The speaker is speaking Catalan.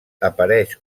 apareix